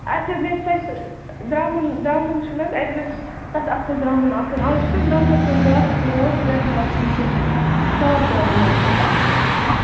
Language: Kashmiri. اَسہِ حظ گژھِ تَتہِ درٛمُن درٛمُن چھُنہٕ حظ اَسہِ گژھِ تَتھ اَصٕل درٛمُن آسُن اَز چھُناہ درٛمنَس منٛز گاسہٕ تہِ یِوان سُہ گژھِ نہٕ آسُن کِہیٖنٛۍ صاف درٛمُن حظ گژھِ اَسہِ آسُن